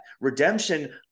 redemption